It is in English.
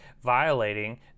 violating